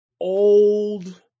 old